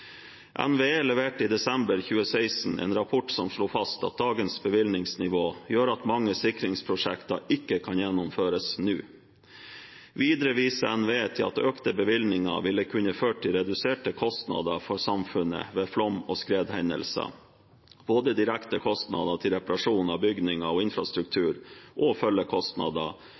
NVE leverte i desember 2016 en rapport som slo fast at dagens bevilgningsnivå gjør at mange sikringsprosjekter ikke kan gjennomføres nå. Videre viser NVE til at økte bevilgninger ville kunne ført til reduserte kostnader for samfunnet ved flom- og skredhendelser, både i form av direkte kostnader til reparasjon av bygninger og infrastruktur og følgekostnader